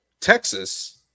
Texas